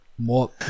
More